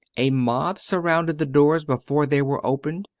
a mob surrounded the doors before they were opened,